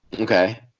Okay